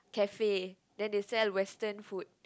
cafe then they sell western food